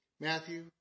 Matthew